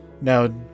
Now